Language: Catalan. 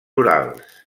urals